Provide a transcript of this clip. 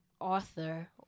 author